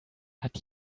hat